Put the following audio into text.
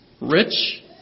rich